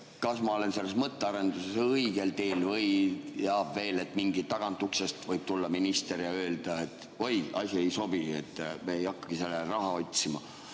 Kas ma olen selles mõttearenduses õigel teel või veel tagantuksest võib tulla minister ja öelda, et oi, asi ei sobi, me ei hakka sellele raha otsima,